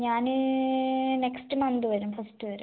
ഞാൻ next month വരും first വരും